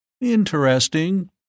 Interesting